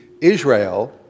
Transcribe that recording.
Israel